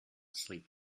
sleep